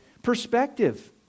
perspective